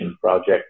project